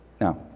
Now